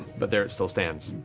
but there it still stands.